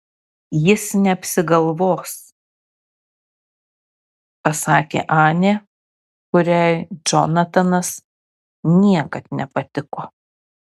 jis neapsigalvos pasakė anė kuriai džonatanas niekad nepatiko